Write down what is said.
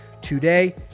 today